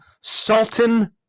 Sultan